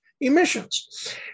emissions